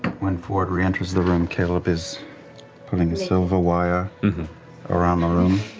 when fjord re-enters the room, caleb is pulling a silver wire around the room.